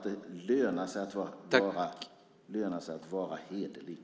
Det ska löna sig att vara hederlig!